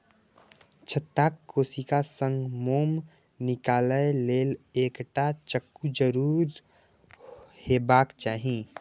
छत्ताक कोशिका सं मोम निकालै लेल एकटा चक्कू जरूर हेबाक चाही